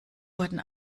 wurden